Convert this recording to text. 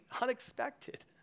unexpected